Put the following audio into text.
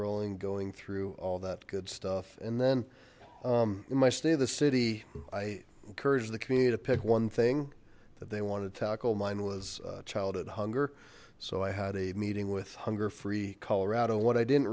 rollin going through all that good stuff and then in my state of the city i encourage the community to pick one thing that they wanted to tackle mine was childhood hunger so i had a meeting with hunger free colorado what i didn't